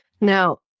Now